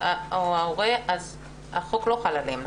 או ההורה אז החוק לא חל עליהם?